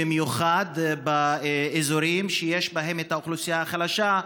במיוחד באזורים שיש בהם אוכלוסייה חלשה,